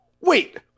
Wait